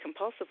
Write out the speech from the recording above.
compulsively